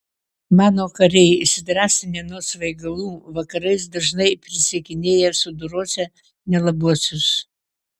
mano kariai įsidrąsinę nuo svaigalų vakarais dažnai prisiekinėja sudorosią nelabuosius